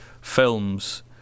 films